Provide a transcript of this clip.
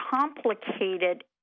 complicated